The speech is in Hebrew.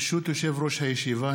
ברשות יושב-ראש הישיבה,